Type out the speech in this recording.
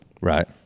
Right